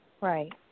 right